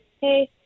hey